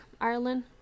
Ireland